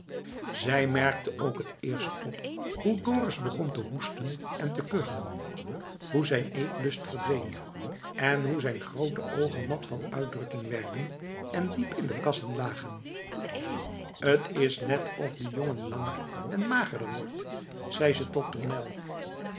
zij merkte ook het eerst op hoe dorus begon te hoesten en te kuchen hoe zijn eetlust verdween en hoe zijn groote oogen mat van uitdrukking werden en diep in de kassen lagen t is net of de jongen langer en magerder wordt zei ze tot